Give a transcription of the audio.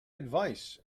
advice